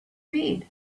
read